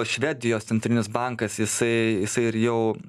švedijos centrinis bankas jisai jisai ir jau